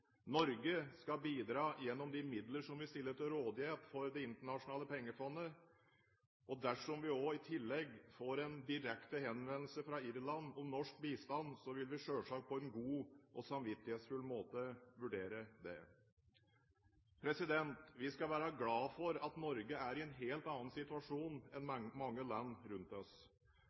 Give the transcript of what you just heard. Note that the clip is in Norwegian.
Norge skal bidra gjennom de midler som vi stiller til rådighet for Det internasjonale pengefondet. Dersom vi i tillegg får en direkte henvendelse fra Irland om norsk bistand, vil vi selvsagt på en god og samvittighetsfull måte vurdere det. Vi skal være glade for at Norge er i en helt annen situasjon enn det mange land rundt oss